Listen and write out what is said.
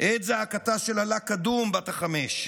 את זעקתה של אלאא קדום, בת החמש,